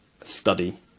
study